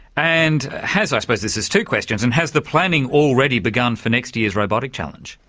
and has i suppose this is two questions and has the planning already begun for next year's robotic challenge?